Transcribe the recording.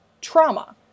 trauma